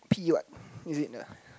P what is it ah